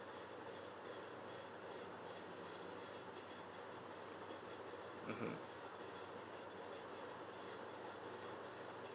mmhmm